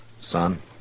son